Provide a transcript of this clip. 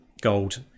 gold